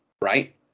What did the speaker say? right